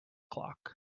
clock